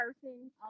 person